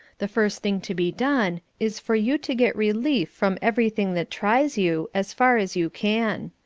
the first thing to be done is for you to get relief from everything that tries you, as far as you can.